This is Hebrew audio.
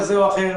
כזה או אחר,